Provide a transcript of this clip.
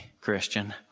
Christian